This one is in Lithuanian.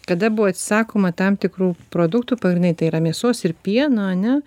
kada buvo atsisakoma tam tikrų produktų pagrindiniai tai yra mėsos ir pieno ane